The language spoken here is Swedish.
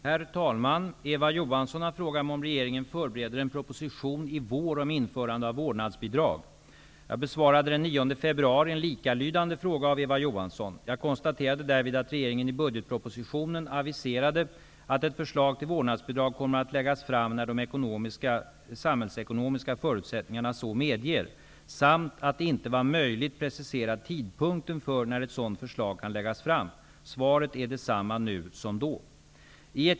Herr talman! Eva Johansson har frågat mig om regeringen förbereder en proposition i vår om införande av vårdnadsbidrag. Jag besvarade den 9 februari en likalydande fråga av Eva Johansson. Jag konstaterade därvid att regeringen i budgetpropositionen aviserade att ett förslag till vårdnadsbidrag kommer att läggas fram när de samhällsekonomiska förutsättningarna så medger, samt att det inte var möjligt att precisera tidpunkten för när ett sådant förslag kan läggas fram. Svaret är detsamma nu som då.